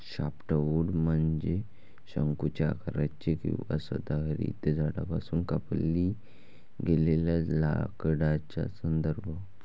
softwood म्हणजे शंकूच्या आकाराचे किंवा सदाहरित झाडांपासून कापणी केलेल्या लाकडाचा संदर्भ